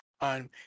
on